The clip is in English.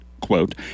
quote